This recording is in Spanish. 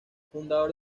fundador